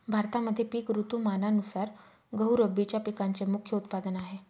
भारतामध्ये पिक ऋतुमानानुसार गहू रब्बीच्या पिकांचे मुख्य उत्पादन आहे